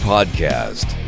Podcast